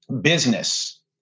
business